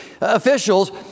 officials